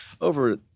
over